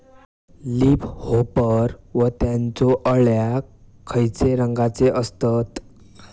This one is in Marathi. लीप होपर व त्यानचो अळ्या खैचे रंगाचे असतत?